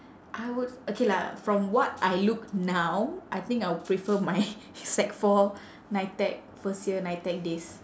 I would okay lah from what I look now I think I would prefer my sec four nitec first year nitec days